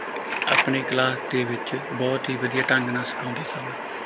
ਆਪਣੀ ਕਲਾਸ ਦੇ ਵਿੱਚ ਬਹੁਤ ਹੀ ਵਧੀਆ ਢੰਗ ਨਾਲ ਸਿਖਾਉਂਦੇ ਸਨ